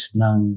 ng